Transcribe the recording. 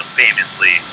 famously